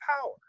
power